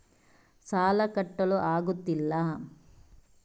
ಸಾಲ ಕಟ್ಟಲು ಆಗುತ್ತಿಲ್ಲ